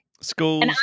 Schools